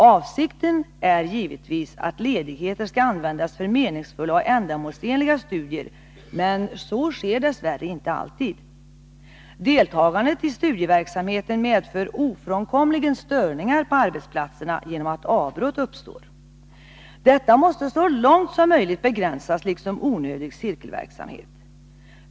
Avsikten är givetvis att ledigheten skall användas för meningsfulla och ändamålsenliga studier, men så sker dess värre inte alltid. Deltagandet i studieverksamheten medför ofrånkomligen störningar på arbetsplatserna genom att avbrott uppstår. Detta måste så långt som möjligt begränsas liksom onödig cirkelverksamhet.